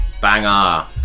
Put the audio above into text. Banger